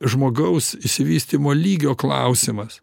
žmogaus išsivystymo lygio klausimas